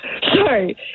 Sorry